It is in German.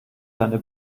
seine